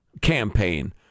campaign